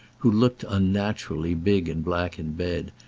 who looked unnaturally big and black in bed,